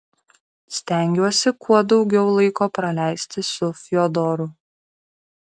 stengiuosi kuo daugiau laiko praleisti su fiodoru